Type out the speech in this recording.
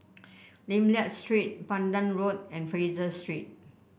Lim Liak Street Pandan Road and Fraser Street